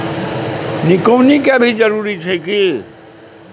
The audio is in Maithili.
निकौनी के भी जरूरी छै की?